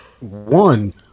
one